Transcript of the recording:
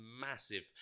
massive